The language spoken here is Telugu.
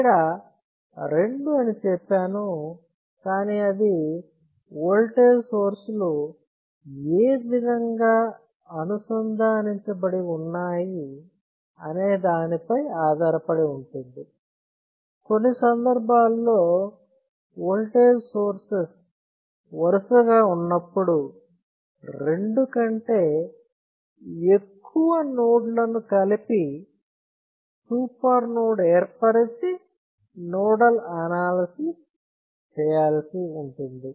ఇక్కడ రెండు అని చెప్పాను కానీ అది ఓల్టేజ్ సోర్స్ లు ఏ విధంగా అనుసంధానించబడి ఉన్నాయి అనే దాని పై ఆధారపడి ఉంటుంది కొన్ని సందర్భాలలో ఓల్టేజ్ సోర్సెస్ వరుసగా ఉన్నప్పుడు రెండు కంటే ఎక్కువ నోడ్ లను ను కలిపి సూపర్ నోడ్ ఏర్పరిచి నోడల్ అనాలసిస్ చేయాల్సి ఉంటుంది